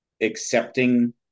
accepting